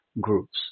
groups